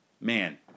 Man